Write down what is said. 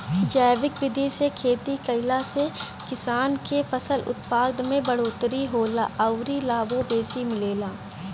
जैविक विधि से खेती कईला से किसान के फसल उत्पादन में बढ़ोतरी होला अउरी लाभो बेसी मिलेला